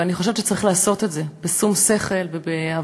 ואני חושבת שצריך לעשות את זה בשום שכל ובהבנה